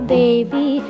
baby